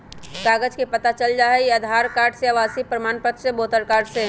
कागज से पता चल जाहई, आधार कार्ड से, आवासीय प्रमाण पत्र से, वोटर कार्ड से?